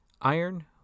Iron